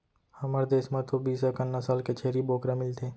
हमर देस म तो बीस अकन नसल के छेरी बोकरा मिलथे